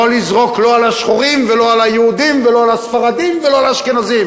לא לזרוק לא על השחורים ולא על היהודים ולא על הספרדים ולא על האשכנזים.